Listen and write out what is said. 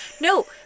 no